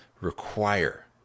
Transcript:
require